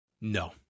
No